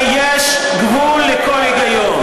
יש גבול לכל היגיון,